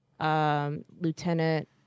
Lieutenant